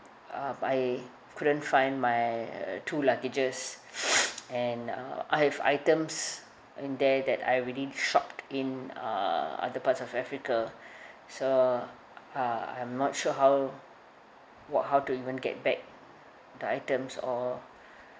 uh but I couldn't find my uh two luggages and uh I have items in there that I already shopped in uh other parts of africa so ah I am not sure how what how to even get back the items all